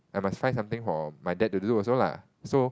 I must find something for my dad to do also lah so